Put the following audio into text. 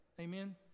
Amen